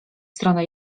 stronę